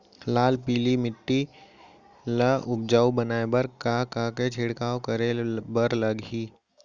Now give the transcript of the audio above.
लाल पीली माटी ला उपजाऊ बनाए बर का का के छिड़काव करे बर लागही?